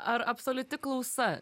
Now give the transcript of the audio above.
ar absoliuti klausa